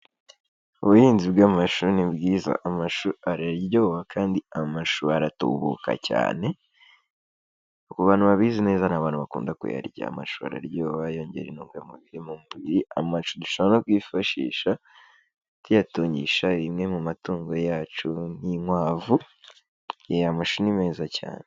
Ubuhinzi bw'amashu ni bwiza, amashu araryoha kandi amashu aratubuka cyane, ku bantu babizi neza ni abantu bakunda kuyarya, amashu araryoha, yongera intungamubiri mu mubiri, amashu dushobora no kuyifashisha tuyatungisha zimwe mu matungo yacu nk'inkwavu, amashu ni meza cyane.